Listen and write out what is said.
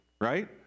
right